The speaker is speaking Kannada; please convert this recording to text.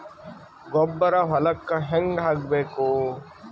ಗೊಬ್ಬರ ಹೊಲಕ್ಕ ಹಂಗ್ ಹಾಕಬೇಕು?